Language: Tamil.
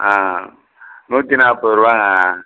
ஆ நூற்றி நாற்பது ரூவாங்க